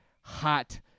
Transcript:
hot